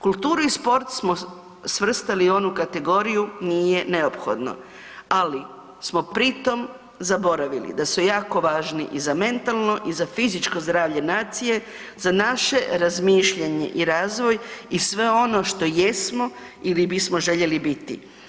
Kulturu i sport smo svrstali u onu kategoriju „nije neophodno“, ali smo pritom zaboravili da su jako važni i za mentalno i za fizičko zdravlje nacije, za naše razmišljanje i razvoj i sve ono što jesmo ili bismo željeli biti.